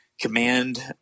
command